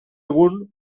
egun